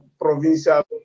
provincial